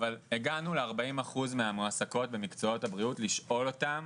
אבל הגענו ל-40 אחוזים מהמועסקות במקצועות הבריאות כדי לשאול אותן